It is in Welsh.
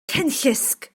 cenllysg